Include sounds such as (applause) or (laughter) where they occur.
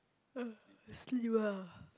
(noise) sleep ah